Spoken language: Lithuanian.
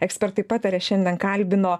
ekspertai pataria šiandien kalbino